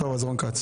טוב, אז רון כץ.